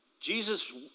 Jesus